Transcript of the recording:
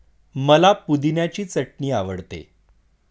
मला पुदिन्याची चटणी आवडते